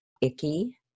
icky